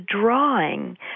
drawing